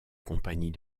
compagnie